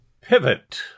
Pivot